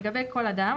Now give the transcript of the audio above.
לגבי כל אדם,